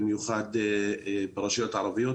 במיוחד ברשויות ערביות,